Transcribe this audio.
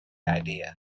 idea